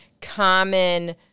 common